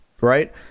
right